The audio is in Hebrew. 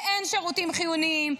ואין שירותים חיוניים,